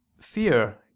fear